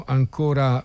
ancora